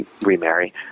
remarry